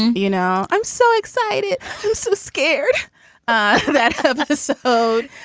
you know, i'm so excited i'm so scared ah that this owed